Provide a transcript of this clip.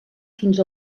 fins